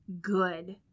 good